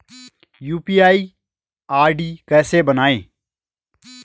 UPI ID कैसे बनायें?